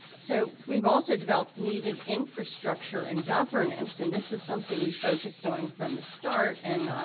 so we've also develop needed infrastructure and governance and this is something we focused on from the start and